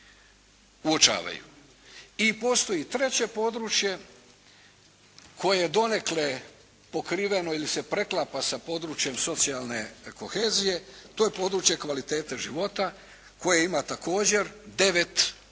uočavaju. I postoji treće područje koje je donekle pokriveno ili se preklapa sa područjem socijalne kohezije, to je područje kvalitete života koje ima također devet indikatora.